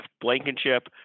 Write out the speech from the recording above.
Blankenship